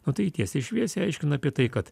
nu tai tiesiai šviesiai aiškina apie tai kad